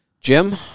Jim